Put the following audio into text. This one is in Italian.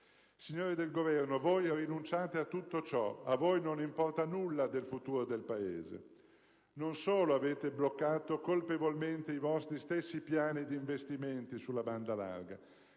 Signori del Governo, voi rinunciate a tutto ciò. A voi non importa nulla del futuro del Paese. Non solo avete colpevolmente bloccato i vostri stessi piani di investimenti sulla banda larga,